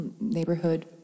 neighborhood